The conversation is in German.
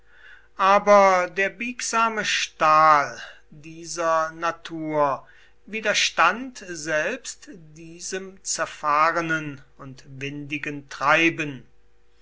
aber der biegsame stahl dieser natur widerstand selbst diesem zerfahrenen und windigen treiben